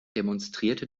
demonstrierte